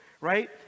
right